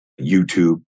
YouTube